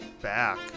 back